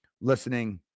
listening